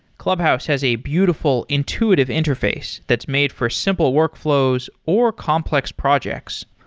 clubhouse has a beautiful intuitive interface that's made for simple workflows, or complex projects.